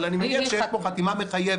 אבל אני מניח שיש פה חתימה מחייבת.